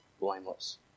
blameless